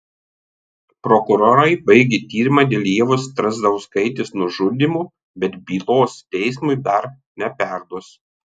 prokurorai baigė tyrimą dėl ievos strazdauskaitės nužudymo bet bylos teismui dar neperduos